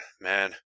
man